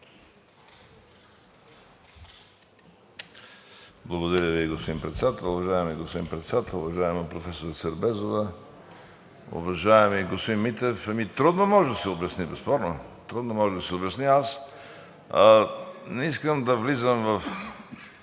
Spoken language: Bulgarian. Благодаря Ви, господин Председател. Уважаеми господин Председател, уважаема професор Сербезова! Уважаеми господин Митев, трудно може да се обясни, безспорно. Трудно може да се обясни. Аз не искам да влизам в